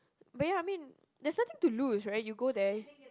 but ya I mean there's nothing to lose right you go there